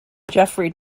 geoffrey